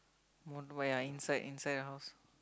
won't yeah inside inside your house